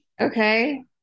Okay